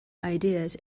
ideas